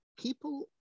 people